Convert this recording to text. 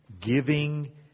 giving